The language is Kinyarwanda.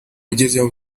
agezeyo